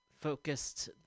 focused